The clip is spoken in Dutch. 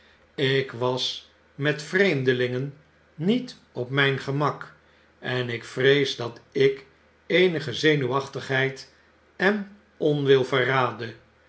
ik was met vreemdelingen niet op myn gemak en ik vrees dat ik eenige zenuwachtigheid en onwil verraadde